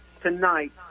tonight